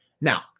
Now